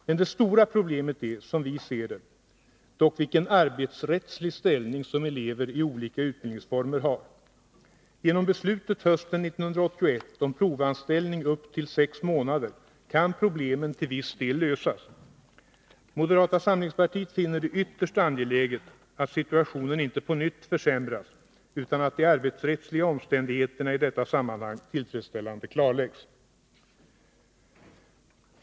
Men det stora problemet är dock, som vi ser det, vilken arbetsrättslig ställning som elever i olika utbildningsformer har. Genom beslutet hösten 1981 om provanställning upp till sex månader kan problemen till viss del lösas. Moderata samlingspartiet finner det ytterst angeläget att situationen inte på nytt försämras, utan att de arbetsrättsliga omständigheterna i detta sammanhang tillfredsställande klarläggs.